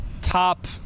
top